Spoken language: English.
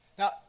Now